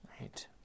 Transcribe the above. Right